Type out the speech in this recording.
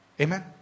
Amen